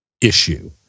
issue